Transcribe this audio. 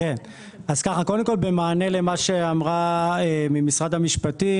במענה למה שאמרה נציגת משרד המשפטים.